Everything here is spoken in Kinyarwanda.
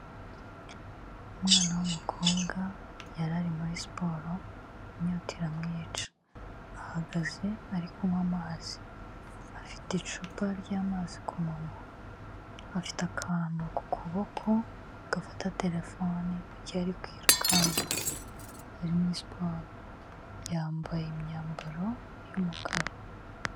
Umwana w'umukobwa yari ari muri siporo inyota iramwica, ahagaze ari kunywa amazi, afite icupa ry'amazi ku munwa, afite akantu ku kuboko gafata telefone mu gihe ari kwirukanka, ari muri siporo, yambaye imyambaro y'umukara.